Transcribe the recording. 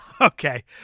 Okay